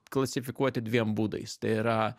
klasifikuoti dviem būdais tai yra